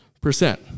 Percent